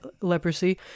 leprosy